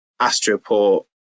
Astroport